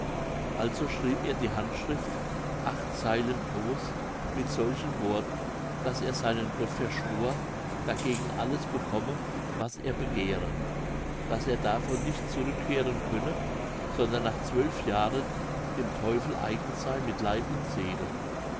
also schrieb er die handschrift acht zeilen groß mit solchen worten daß er seinen gott verschwor dagegen alles bekomme was er begehre daß er davon nicht zurückkehren könne sondern nach zwölf jahren dem teufel eigen sey mit leib und seele